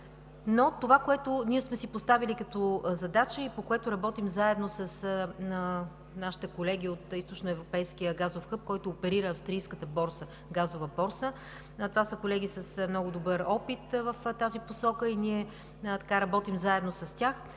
Това, което ние сме си поставили като задача, и по което работим заедно с нашите колеги от източноевропейския газов хъб, който оперира австрийската газова борса – това са колеги с много добър опит в тази посока и ние работим заедно с тях,